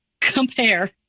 compare